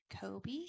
Kobe